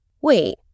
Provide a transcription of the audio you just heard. Wait